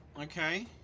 Okay